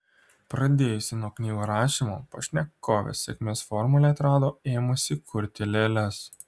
pradėjusi nuo knygų rašymo pašnekovė sėkmės formulę atrado ėmusi kurti lėles